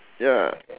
ya